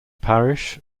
parish